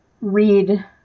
read